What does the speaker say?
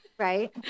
Right